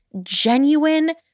genuine